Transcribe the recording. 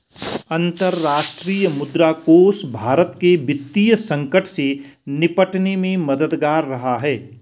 अंतर्राष्ट्रीय मुद्रा कोष भारत के वित्तीय संकट से निपटने में मददगार रहा है